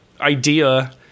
idea